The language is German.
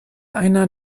einer